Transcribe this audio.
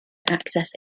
access